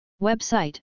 Website